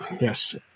yes